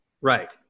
right